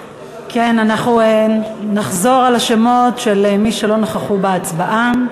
כן, אנחנו נחזור על השמות של מי שלא נכחו בהצבעה.